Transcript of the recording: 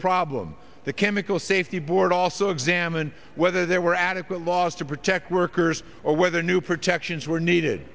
problem the chemical safety board also examine whether there were adequate laws to protect workers or whether new protections were needed